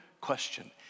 question